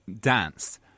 dance